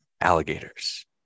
alligators